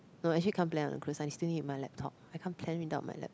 no actually can't plan on the cruise I still need my laptop I can't plan without my laptop